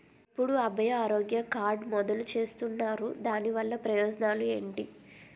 ఎప్పుడు అభయ ఆరోగ్య కార్డ్ మొదలు చేస్తున్నారు? దాని వల్ల ప్రయోజనాలు ఎంటి?